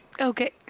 Okay